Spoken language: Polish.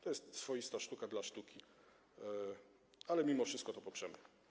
To jest swoista sztuka dla sztuki, ale mimo wszystko to poprzemy.